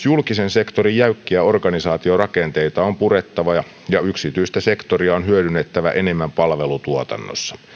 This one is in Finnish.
julkisen sektorin jäykkiä organisaatiorakenteita on purettava ja yksityistä sektoria on hyödynnettävä enemmän palvelutuotannossa